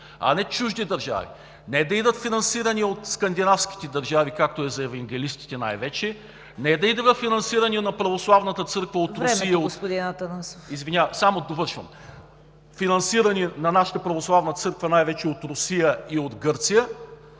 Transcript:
а не чужди държави, не да идва финансиране от скандинавските държави, за евангелистите най-вече, не да идва финансиране на Православната църква от Русия и от Гърция…